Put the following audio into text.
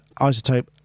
Isotope